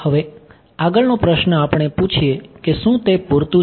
હવે આગળનો પ્રશ્ન આપણે પૂછીશું કે શું તે પૂરતું છે